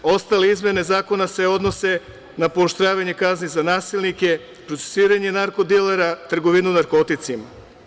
Ostale izmene zakona se odnose na pooštravanje kazni za nasilnike, procesiranje narko dilera, trgovinu narkoticima.